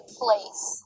place